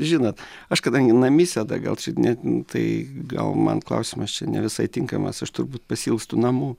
žinot aš kadangi namisėda gal čia ne tai gal man klausimas čia ne visai tinkamas aš turbūt pasiilgstu namų